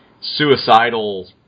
suicidal